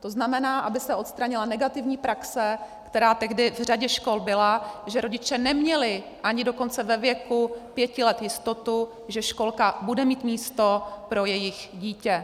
to znamená, aby se odstranila negativní praxe, která tehdy v řadě škol byla, že rodiče neměli ani dokonce ve věku pěti let jistotu, že školka bude mít místo pro jejich dítě.